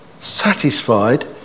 satisfied